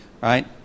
Right